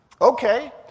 Okay